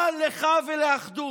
מה לך ולאחדות?